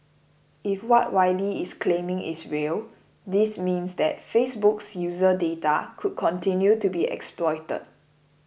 if what Wylie is claiming is real this means that Facebook's user data could continue to be exploited